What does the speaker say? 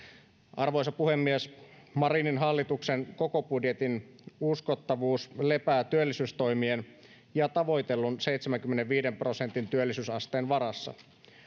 arvoisa puhemies marinin hallituksen koko budjetin uskottavuus lepää työllisyystoimien ja tavoitellun seitsemänkymmenenviiden prosentin työllisyysasteen varassa